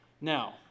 Now